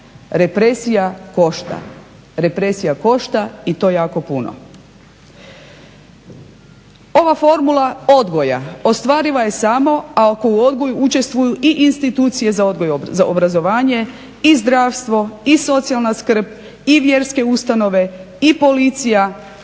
ne košta ništa. Represija košta i to jako puno. Ova formula odgoja ostvariva je samo ako u odgoju učestvuju i institucije za odgoj i obrazovanje i zdravstvo i socijalna skrb i vjerske ustanove i Policija